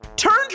turned